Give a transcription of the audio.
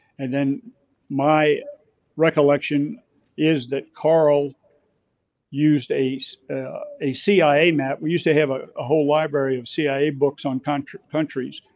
and then my recollection is that carl used as a so a cia map, we used to have a a whole library of cia books on country countries.